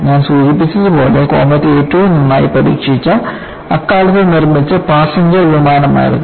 ഞാൻ സൂചിപ്പിച്ചതുപോലെ കോമറ്റ് ഏറ്റവും നന്നായി പരീക്ഷിച്ച അക്കാലത്ത് നിർമ്മിച്ച പാസഞ്ചർ വിമാനമായിരുന്നു